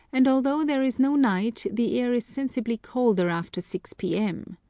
and although there is no night, the air is sensibly colder after six p m.